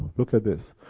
look at this,